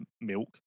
milk